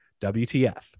WTF